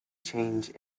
change